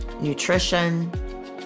nutrition